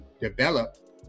develop